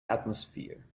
atmosphere